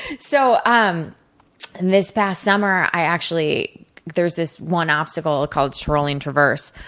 so, um and this past summer, i actually there's this one obstacle called tyrolean traverse.